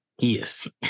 Yes